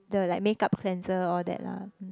the like makeup cleanser all that lah